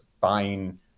buying